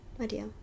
idea